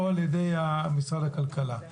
או על ידי משרד הכלכלה.